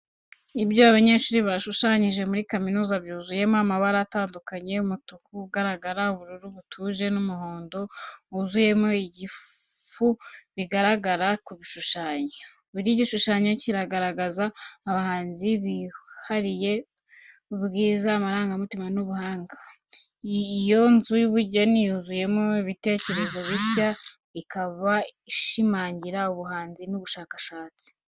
Ibyo abanyeshuri bashushanyije muri kaminuza byuzuyemo amabara atandukanye, umutuku ugaragara, ubururu butuje, n’umuhondo wuzuyemo ingufu bigaragara ku bishushanyo. Buri gishushanyo kigaragaza ubuhanzi bwihariye bwiza, amarangamutima, n’ubuhanga. Iyo nzu y’ubugeni yuzuyemo ibitekerezo bishya, ikaba ishimangira ubuhanzi n’ubushakashatsi.